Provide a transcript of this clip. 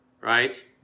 right